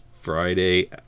Friday